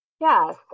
Yes